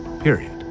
Period